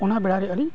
ᱚᱱᱟ ᱵᱮᱲᱟᱨᱮ ᱟᱞᱤᱧ